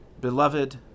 Beloved